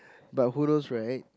but who knows right